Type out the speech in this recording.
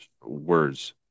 words